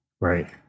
Right